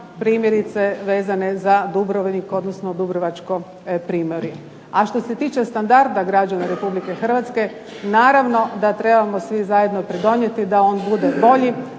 primjerice vezane za Dubrovnik, odnosno Dubrovačko primorje. A što se tiče standarda građana Republike Hrvatske, naravno da trebamo svi zajedno pridonijeti da on bude bolji,